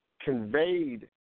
conveyed